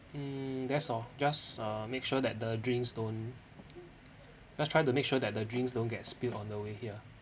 mm that's all just uh make sure that the drinks don't just try to make sure that the drinks don't get spilled on the way here